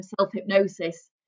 self-hypnosis